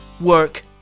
work